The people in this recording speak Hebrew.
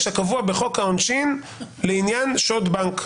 הקבוע בחוק העונשין לעניין שוד בנק.